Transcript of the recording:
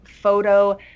photo